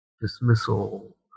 dismissal